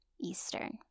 Eastern